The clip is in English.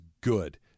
good